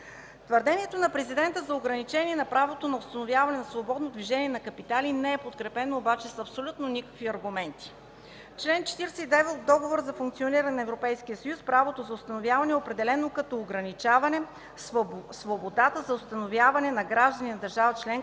Твърдението на Президента за ограничение на правото на установяване на свободното движение на капитали не е подкрепено обаче с абсолютно никакви аргументи. Член 49 от Договора за функциониране на Европейския съюз правото за установяване е определено като ограничаване свободата за установяване на гражданин на държава членка на